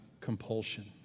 compulsion